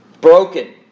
Broken